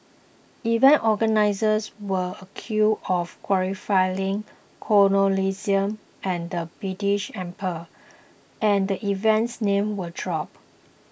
event organisers were accused of glorifying colonialism and the British Empire and the event's name was dropped